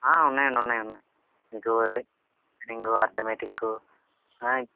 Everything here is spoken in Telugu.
ఉన్నాయండి ఉన్నాయి ఉన్నాయి మీకు అదే రీజనింగు అర్థమ్యాటికు ఆయ్